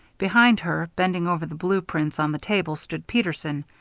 behind her, bending over the blue prints on the table, stood peterson,